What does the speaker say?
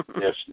Yes